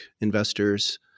investors